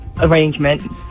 arrangement